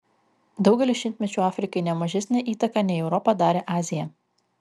daugelį šimtmečių afrikai ne mažesnę įtaką nei europa darė azija